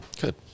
Good